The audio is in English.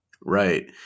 right